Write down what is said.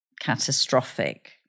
catastrophic